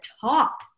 top